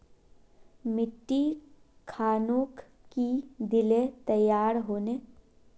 मिट्टी खानोक की दिले तैयार होने?